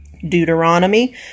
Deuteronomy